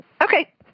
okay